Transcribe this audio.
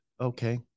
okay